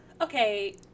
Okay